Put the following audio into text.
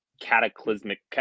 cataclysmic